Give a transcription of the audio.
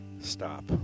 stop